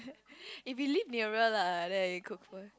if you live nearer lah then you cook for